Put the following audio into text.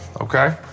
okay